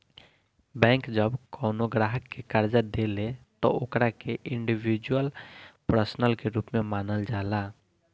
bank जब कवनो ग्राहक के कर्जा देले त ओकरा के इंडिविजुअल पर्सन के रूप में मानल जाला